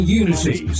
unity